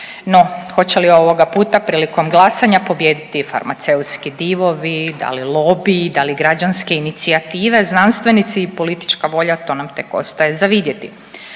No, hoće li ovoga puta prilikom glasanja pobijediti farmaceutski divovi, da li lobiji, da li građanske inicijative, znanstvenici i politička volja to nam tek ostaje za vidjeti.